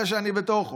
תראה שאני בתוכו,